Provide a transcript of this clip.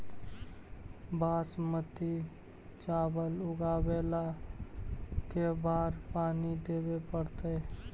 बासमती चावल उगावेला के बार पानी देवे पड़तै?